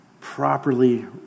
properly